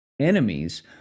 enemies